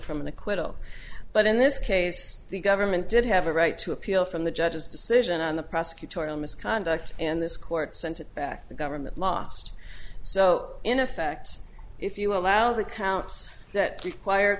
acquittal but in this case the government did have a right to appeal from the judge's decision on the prosecutorial misconduct and this court sent it back the government lost so in effect if you allow the counts that require